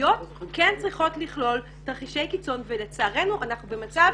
התוכניות כן צריכות לכלול תרחישי קיצון ולצערנו אנחנו במצב